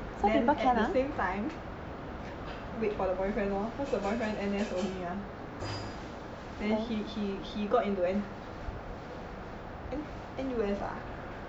then at the same time wait for the boyfriend lor cause the boyfriend N_S only mah then he he he got into n~ N_U_S uh